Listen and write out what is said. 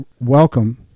welcome